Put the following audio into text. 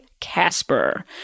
Casper